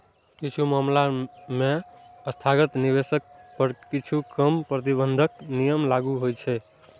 किछु मामला मे संस्थागत निवेशक पर किछु कम प्रतिबंधात्मक नियम लागू होइ छै